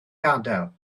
gadael